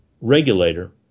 regulator